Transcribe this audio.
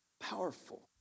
powerful